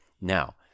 Now